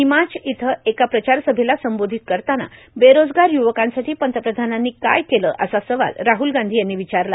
निमाज इथं एका प्रचार सभेला संबोधित करताना बेरोजगार युवकांसाठी पंतप्रधानांनी काय केलं असा सवाल राहल गांधी यांनी विचारलं